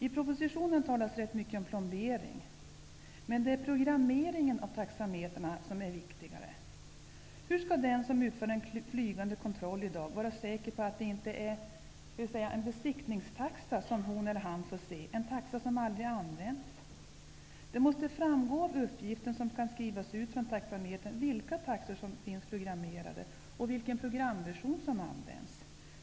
I propositionen talas rätt mycket om plombering, men det är programmeringen av taxametrarna som är det viktiga. Hur skall den som i dag utför en flygande kontroll vara säker på att det inte är en besiktningstaxa som hon eller han får se, en taxa som aldrig används? Det måste framgå av uppgiften som skall skrivas ut från taxametern vilka taxor som finns programmerade och vilken programversion som används.